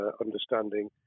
understanding